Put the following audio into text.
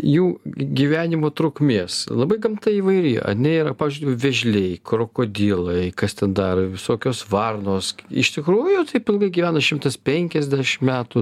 jų gyvenimo trukmės labai gamta įvairi ane yra pavyzdžiui vėžliai krokodilai kas ten dar visokios varnos iš tikrųjų taip ilgai gyvena šimtas penkiasdešim metų